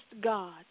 God